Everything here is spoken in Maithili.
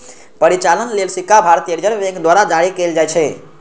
परिचालन लेल सिक्का भारतीय रिजर्व बैंक द्वारा जारी कैल जाइ छै